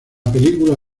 película